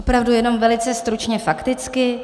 Opravdu jenom velice stručně fakticky.